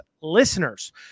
listeners